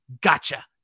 gotcha